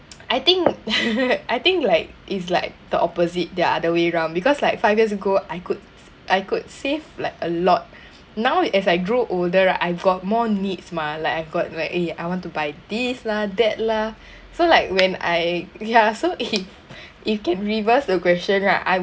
I think I think like it's like the opposite the other way around because like five years ago I could I could save like a lot now we as I grew older right I got more needs mah like I've got like eh I want to buy these lah that lah so like when I ya so it it can reverse the question lah I